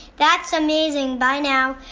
that's amazing. bye now.